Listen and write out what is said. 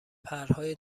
پرهای